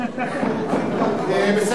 חבר הכנסת פלסנר, אני לא מבין למה הוויכוח.